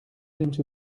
into